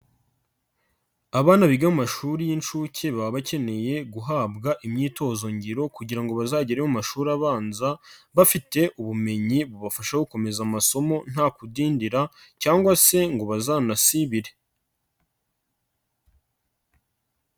Abana biga amashuri y'inshuke baba bakeneye guhabwa imyitozo ngiro kugira ngo bazagere mu mashuri abanza bafite ubumenyi, bubafasha gukomeza amasomo nta kudindira cyangwa se ngo bazanasibire.